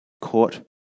court